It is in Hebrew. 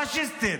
הפשיסטית,